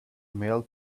mailed